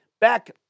back